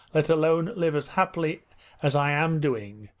let alone live as happily as i am doing,